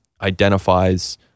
identifies